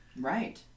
Right